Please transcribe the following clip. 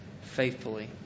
faithfully